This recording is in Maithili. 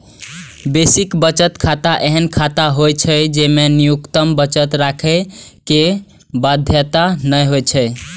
बेसिक बचत खाता एहन खाता होइ छै, जेमे न्यूनतम बचत राखै के बाध्यता नै होइ छै